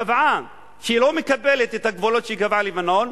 קבעה שהיא לא מקבלת את הגבולות שקבעה לבנון,